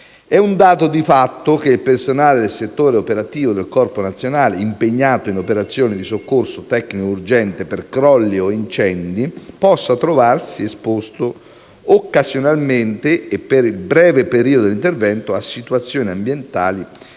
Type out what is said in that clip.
È un dato di fatto che il personale del settore operativo del Corpo nazionale, impegnato in operazioni di soccorso tecnico urgente per crolli o incendi, possa trovarsi esposto occasionalmente, per il breve periodo dell'intervento, a situazioni ambientali